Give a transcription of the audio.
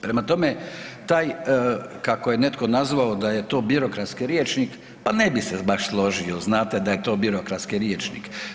Prema tome, taj kako je netko nazvao da je to birokratski rječnik, pa ne bi se baš složio znate da je to birokratski rječnik.